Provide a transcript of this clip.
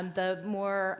um the more